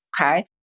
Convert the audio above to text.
Okay